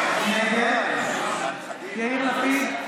נגד יאיר לפיד,